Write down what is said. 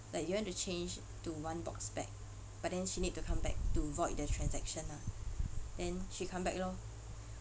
like you want to change to one box back but then she need to come back to void the transaction ah then she come back lor